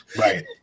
Right